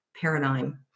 paradigm